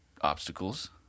obstacles